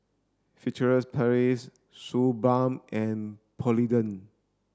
Furtere Paris Suu Balm and Polident